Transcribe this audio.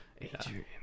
Adrian